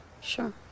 sure